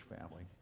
family